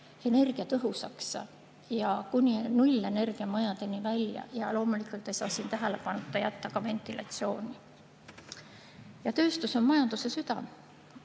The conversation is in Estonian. energiatõhusaks, kuni nullenergiamajadeni välja. Ja loomulikult ei saa siin tähelepanuta jätta ka ventilatsiooni. Tööstus on majanduse süda.